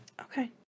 Okay